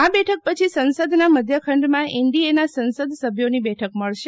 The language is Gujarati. આ બેઠક પછી સંસદના મધ્યખંડમાં એનડીએના સંસદસભ્યોની બેઠક મળશે